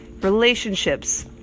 relationships